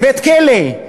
שייתנו ריבית יותר נמוכה,